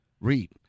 Read